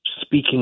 speaking